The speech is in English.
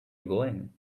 going